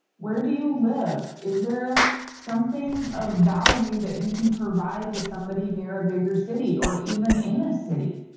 where do you live? is there something of value that you can provide to somebody near a bigger city or even in the city?